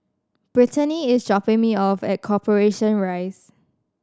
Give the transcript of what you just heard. Brittanie is dropping me off at Corporation Rise